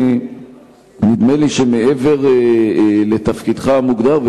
נדמה לי שמעבר לתפקידך המוגדר,